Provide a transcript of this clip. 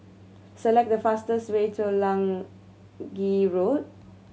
select the fastest way to Lange Road